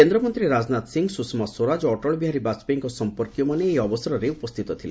କେନ୍ଦ୍ରମନ୍ତ୍ରୀ ରାଜନାଥ ସିଂ ସୁଷମା ସ୍ୱରାଜ ଓ ଅଟଳ ବିହାରୀ ବାଜପେୟୀଙ୍କ ସମ୍ପର୍କୀୟମାନେ ଏହି ଅବସରରେ ଉପସ୍ଥିତ ଥିଲେ